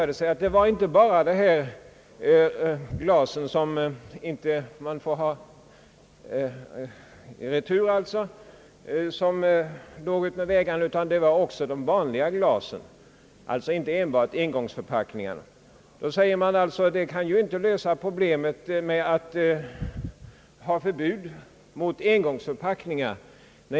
Det var inte bara engångsglas som låg utmed vägarna, utan också de vanliga returglasen. Det sägs att man kan lösa problemet genom att införa förbud mot engångsförpackningar.